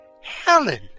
Helen